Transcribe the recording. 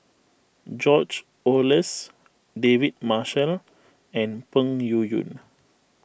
George Oehlers David Marshall and Peng Yuyun